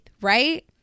right